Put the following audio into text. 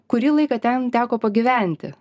kurį laiką ten teko pagyventi